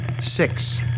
Six